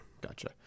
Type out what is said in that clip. gotcha